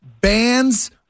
bands